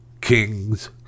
kings